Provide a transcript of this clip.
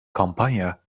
kampanya